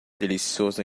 delicioso